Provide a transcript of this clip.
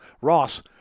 Ross